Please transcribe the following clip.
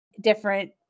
different